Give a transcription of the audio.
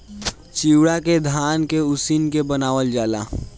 चिवड़ा के धान के उसिन के बनावल जाला